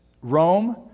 Rome